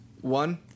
One